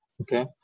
Okay